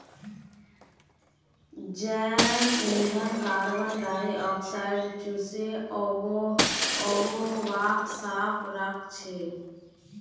जैव ईंधन कार्बन डाई ऑक्साइडक चूसे आबोहवाक साफ राखछेक